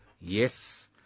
Yes